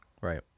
Right